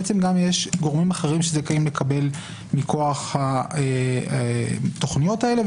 יש גורמים אחרים שזכאים לקבל מכוח התוכניות האלה,